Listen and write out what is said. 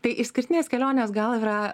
tai išskirtinės kelionės gal yra